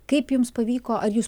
kaip jums pavyko ar jūs